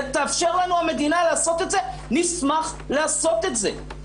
תאפשר לנו המדינה לעשות את זה נשמח לעשות את זה.